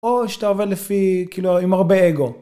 או שאתה עובד לפי, כאילו, עם הרבה אגו.